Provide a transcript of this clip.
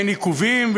אין עיכובים,